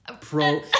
pro